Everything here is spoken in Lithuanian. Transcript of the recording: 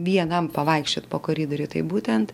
vienam pavaikščiot po koridorių tai būtent